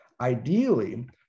Ideally